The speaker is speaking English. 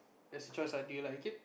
there's a choice like do you like it